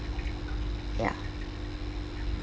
ya